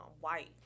white